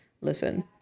listen